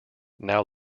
now